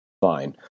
fine